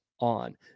on